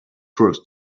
throws